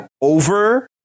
over